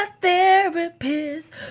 therapist